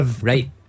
Right